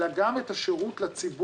אלא גם את השרות לציבור,